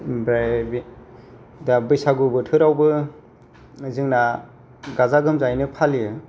ओमफ्राय दा बैसागु बोथोरावबो जोंना गाजा गोमजायैनो फालियो